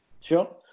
Sure